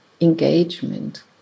engagement